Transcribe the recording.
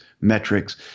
metrics